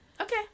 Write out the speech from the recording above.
Okay